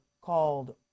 called